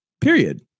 Period